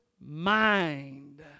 mind